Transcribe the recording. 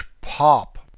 pop